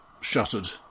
shuttered